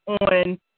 on